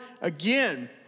again